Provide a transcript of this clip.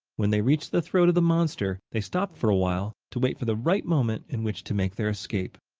when they reached the throat of the monster, they stopped for a while to wait for the right moment in which to make their escape.